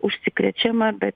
užsikrečiama bet